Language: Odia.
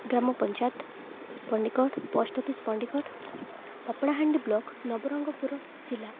ଗ୍ରାମ panchayat Pandikad post office Pandikad Papadahandi block Nabarangpur ଜିଲ୍ଲା